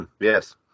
yes